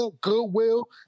goodwill